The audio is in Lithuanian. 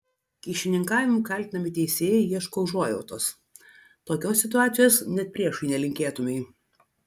kyšininkavimu kaltinami teisėjai ieško užuojautos tokios situacijos net priešui nelinkėtumei